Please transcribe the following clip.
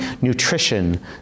nutrition